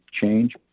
change